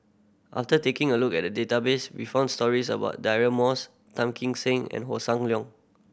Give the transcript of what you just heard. after taking a look at the database we found stories about Moss Tan Kim Seng and Hossan Leong